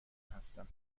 هستم